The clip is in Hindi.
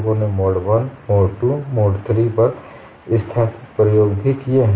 लोगों ने मोड I मोड II और मोड III पर स्थैतिक प्रयोग भी किए हैं